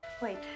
Wait